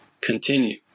continue